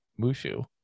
Mushu